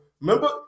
Remember